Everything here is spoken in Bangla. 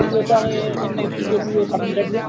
পুজো তবে এখান থেকে পুজো টুজো কাটিয়ে টাটিয়ে